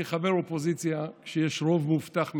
כחבר אופוזיציה כשיש רוב מובטח מראש,